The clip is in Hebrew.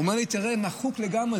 הוא אמר לי: תראה, מחוק לגמרי.